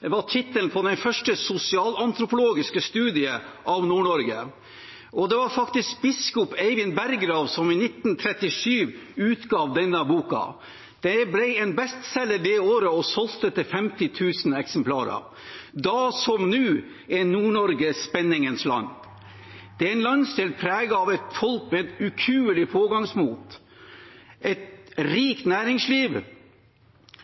var tittelen på den første sosialantropologiske studien av Nord-Norge. Det var faktisk biskop Eivind Berggrav som i 1937 utga denne boka. Det ble en bestselger det året, og solgte i 50 000 eksemplarer. Da, som nå, er Nord-Norge «Spenningens Land». Det er en landsdel preget av folk med et ukuelig pågangsmot, et rikt næringsliv,